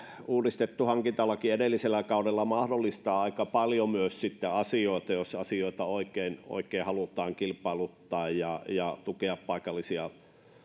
uudistettu hankintalaki mahdollistaa aika paljon myös asioita jos asioita oikein oikein halutaan kilpailuttaa ja ja tukea paikallisia